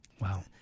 Wow